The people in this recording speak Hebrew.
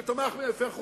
שתמך במפר חוקים.